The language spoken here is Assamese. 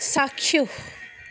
চাক্ষুষ